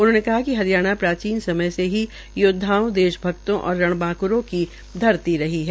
उन्होंने कहा कि हरियाणा प्राचीनसमय से ही योदधाओं देशभक्तों और रणबांकुरों की धरती रही है